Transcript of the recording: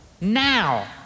now